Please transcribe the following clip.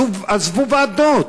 עזבו ועדות,